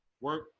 work